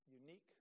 unique